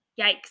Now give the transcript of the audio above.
Yikes